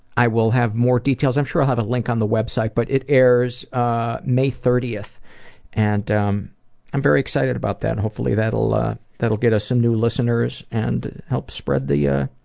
i will have more details i'm sure i'll have a link on the website. but it airs ah may thirtieth and um i'm very excited about that and hopefully that'll that'll get us some new listeners and help spread the yeah